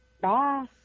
Bye